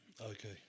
Okay